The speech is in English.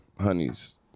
honeys